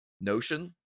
Notion